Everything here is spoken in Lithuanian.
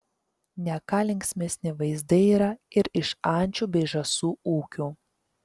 ne ką linksmesni vaizdai yra ir iš ančių bei žąsų ūkių